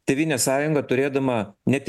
tėvynės sąjunga turėdama net